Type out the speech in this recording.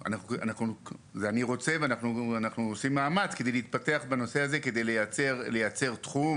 אנחנו עושים מאמץ כדי להתפתח בנושא הזה כדי לייצר תחום